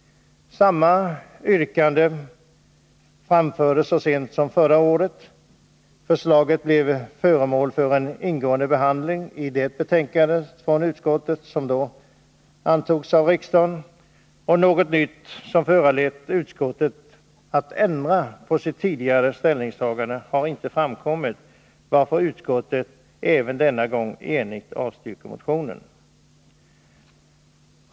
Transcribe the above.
Samma yrkanden framfördes så sent som förra året. Förslaget blev föremål för en ingående behandling i det betänkande från utskottet som då godkändes av riksdagen. Något nytt som föranlett utskottet att ändra sitt tidigare ställningstagande har inte framkommit, varför utskottet även denna gång enhälligt avstyrker motionen.